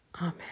Amen